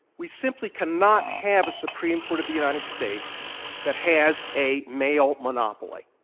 we simply cannot have a supreme court of the united states that has a male monopoly.